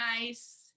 nice